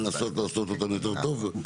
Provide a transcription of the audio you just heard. לנסות לעשות אותם יותר טוב ויש תשובות.